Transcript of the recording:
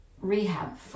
rehab